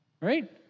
Right